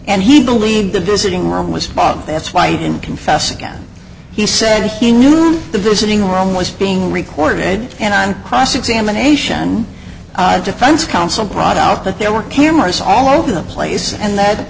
and he believed the visiting room was fog that's why he didn't confess again he said he knew the visiting room was being recorded and on cross examination the defense counsel cried out that there were cameras all over the place and that